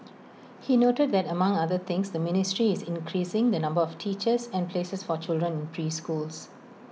he noted that among other things the ministry is increasing the number of teachers and places for children in preschools